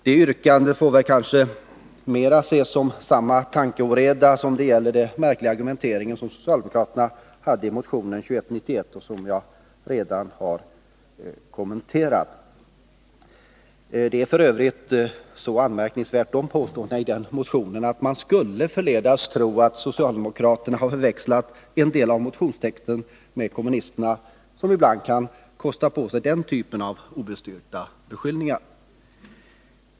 Det yrkandet tyder kanske mera på samma tankeoreda som i den märkliga argumentering socialdemokraterna förde i motionen 2191, vilken jag redan har kommenterat. Påståendena i den motionen är så anmärkningsvärda att man kunde förledas att tro att socialdemokraterna har förväxlat en del av motionstexten med kommunisternas; de kan ibland kosta på sig den typen av obestyrkta beskyllningar.